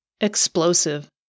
Explosive